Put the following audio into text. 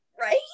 right